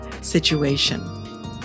situation